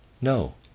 No